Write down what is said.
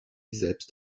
selbst